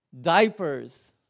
diapers